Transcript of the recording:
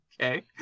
Okay